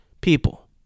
people